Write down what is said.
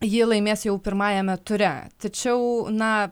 ji laimės jau pirmajame ture tačiau na